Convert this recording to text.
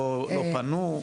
לא פנו?